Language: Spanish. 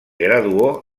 graduó